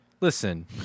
Listen